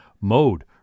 mode